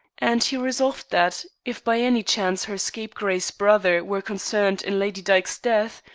and he resolved that, if by any chance her scapegrace brother were concerned in lady dyke's death,